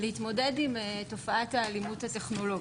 להתמודד עם תופעת האלימות הטכנולוגית.